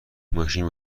ماشین